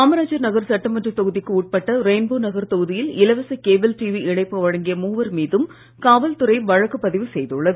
காமராஜ் நகர் சட்டமன்ற தொகுதிக்கு உட்பட்ட ரெயின்போ நகர் தொகுதியில் இலவச கேபிள் டிவி இணைப்பு வழங்கிய மூவர் மீதும் காவல்துறை வழக்கு பதிவு செய்துள்ளது